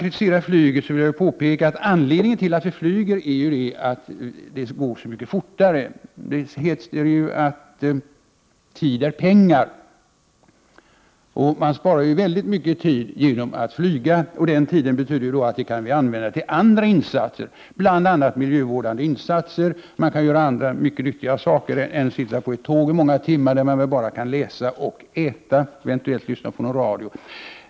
39 När flyget kritiseras här vill jag påpeka att anledningen till att vi använder flyget ju är att det går så mycket fortare. Det heter ju att tid är pengar, och man spar mycket tid genom att flyga. Den tiden kan vi använda till andra insatser, bl.a. till miljövårdande arbete. Man kan göra många nyttigare saker än att under åtskilliga timmar sitta på tåg, där man väl bara kan äta, läsa och eventuellt lyssna på radio.